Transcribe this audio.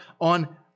on